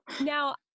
now